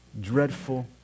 dreadful